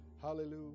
Hallelujah